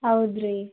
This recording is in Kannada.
ಹೌದು ರೀ